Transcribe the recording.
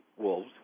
wolves